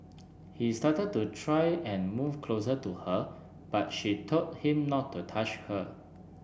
he started to try and move closer to her but she told him not to touch her